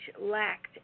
lacked